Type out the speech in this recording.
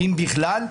אם בכלל,